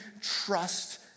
trust